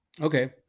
Okay